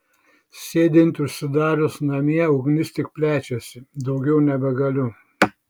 sėdint užsidarius namie ugnis tik plečiasi daugiau nebegaliu